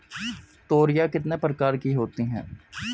तोरियां कितने प्रकार की होती हैं?